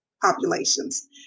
populations